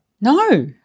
No